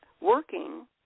working